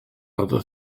other